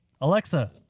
Alexa